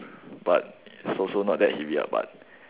but is also not that heavy lah but